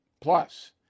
Plus